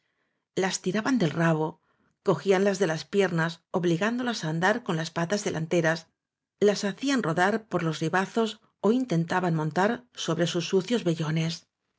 las tiraban del rabo cogíanlas de las pier nas obligándolas á andar con las patas delanteras las ha cían rodar por los riba zos ó intentaban montar sobre sus sucios vello